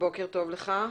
בוקר טוב לך.